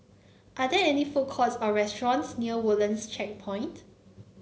are there any food courts or restaurants near Woodlands Checkpoint